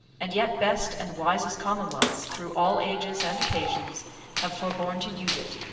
and yet best and wisest commonwealths through all ages and occasions have forborne to use it,